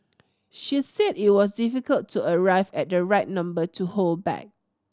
she said it was difficult to arrive at the right number to hold back